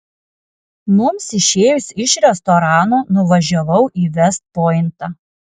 mums išėjus iš restorano nuvažiavau į vest pointą